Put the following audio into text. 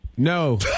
No